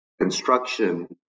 construction